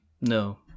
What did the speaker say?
no